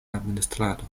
administrado